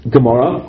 Gemara